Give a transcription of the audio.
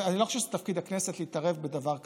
ואני לא חושב שזה תפקיד הכנסת להתערב בדבר כזה.